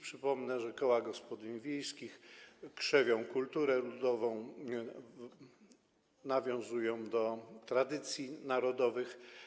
Przypomnę, że koła gospodyń wiejskich krzewią kulturę ludową i nawiązują do tradycji narodowych.